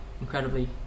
incredibly